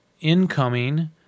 incoming